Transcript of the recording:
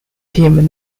team